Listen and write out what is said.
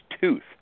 tooth